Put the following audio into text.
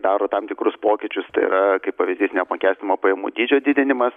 daro tam tikrus pokyčius tai yra kaip pavyzdys neapmokestinamo pajamų dydžio didinimas